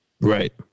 Right